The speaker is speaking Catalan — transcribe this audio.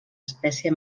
espècie